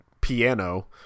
piano